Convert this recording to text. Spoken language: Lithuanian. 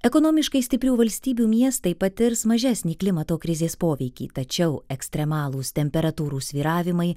ekonomiškai stiprių valstybių miestai patirs mažesnį klimato krizės poveikį tačiau ekstremalūs temperatūrų svyravimai